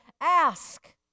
Ask